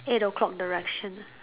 eight O-clock direction